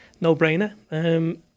No-brainer